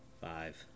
five